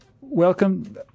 Welcome